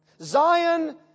Zion